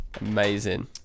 amazing